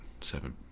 seven